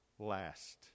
last